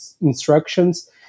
instructions